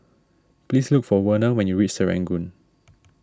please look for Werner when you reach Serangoon